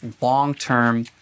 long-term